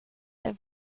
the